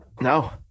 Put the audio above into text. No